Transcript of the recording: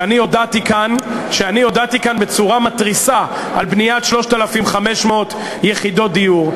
שאני הודעתי כאן בצורה מתריסה על בניית 3,500 יחידות דיור.